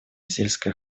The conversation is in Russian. сельское